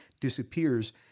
disappears